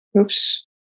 oops